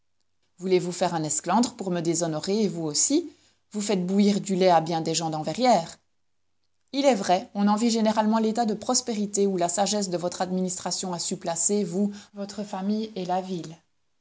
voulez-vous faire un esclandre pour me déshonorer et vous aussi vous faites bouillir du lait à bien des gens dans verrières il est vrai on envie généralement l'état de prospérité où la sagesse de votre administration a su placer vous votre famille et la ville